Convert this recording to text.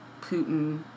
Putin